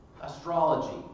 astrology